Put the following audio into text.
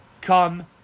come